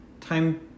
time